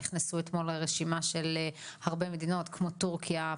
נכנסו אתמול לרשימה הרבה מדינות כמו תורכיה,